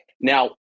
Now